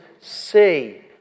see